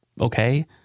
okay